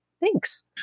Thanks